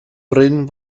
bryn